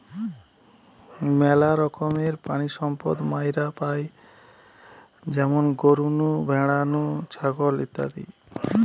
মেলা রকমের প্রাণিসম্পদ মাইরা পাই যেমন গরু নু, ভ্যাড়া নু, ছাগল ইত্যাদি